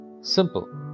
simple